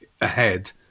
ahead